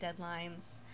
deadlines